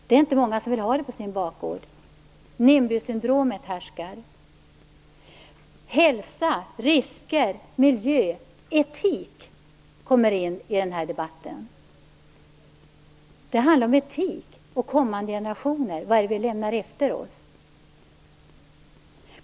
Det är inte många som vill ha det på sin bakgård. NIBY-syndromet härskar. Hälsa, risker, miljö och etik kommer in i den här debatten. Det handlar om etik och om kommande generationer. Vad är det vi lämnar efter oss?